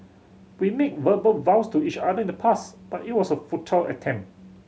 we made verbal vows to each other in the past but it was a futile attempt